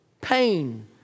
pain